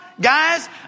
guys